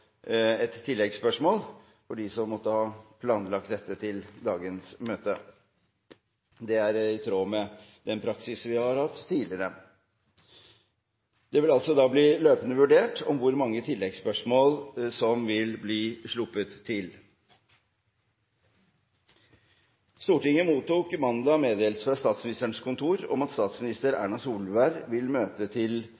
det partiet som har hovedspørsmål. Dette er i tråd med den praksisen vi har hatt tidligere. Det vil bli løpende vurdert hvor mange flere oppfølgingsspørsmål som kan slippes til. Stortinget mottok mandag meddelelse fra Statsministerens kontor om at statsminister